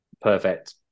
perfect